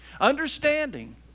Understanding